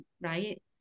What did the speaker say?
right